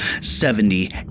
Seventy